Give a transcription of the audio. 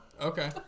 Okay